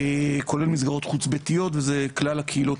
כולל מסגרות חוץ ביתיות וזה כלל הקהילות